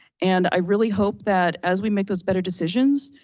and i really hope that as we make those better decisions,